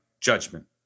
judgment